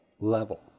level